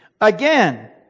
Again